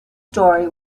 story